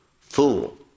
fool